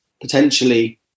potentially